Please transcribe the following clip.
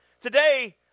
Today